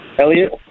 Elliot